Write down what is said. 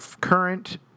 current